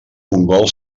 mongol